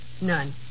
None